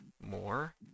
more